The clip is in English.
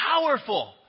powerful